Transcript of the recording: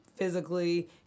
physically